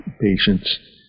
patients